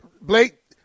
Blake